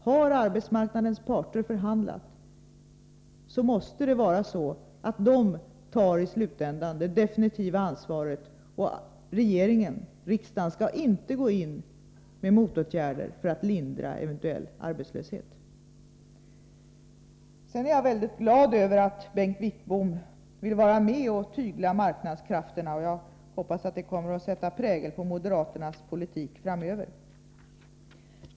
Har arbetsmarknadens parter fört förhandlingar, måste det, enligt Ulf Adelsohn, i'slutändan också vara de som tar det definitiva ansvaret, och regeringen och riksdagen skall inte gå in med motåtgärder för att lindra eventuell arbetslöshet. Jag är vidare mycket glad över att Bengt Wittbom vill vara med om att tygla marknadskrafterna, och jag hoppas att det kommer att sätta prägel på moderaternas politik framöver.